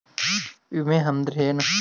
ವಿಮೆ ಅಂದ್ರೆ ಏನ?